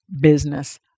business